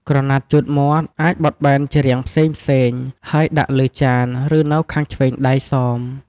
ក្រណាត់ជូតមាត់ អាចបត់ជារាងផ្សេងៗ ហើយដាក់លើចាន ឬនៅខាងឆ្វេងដៃសម។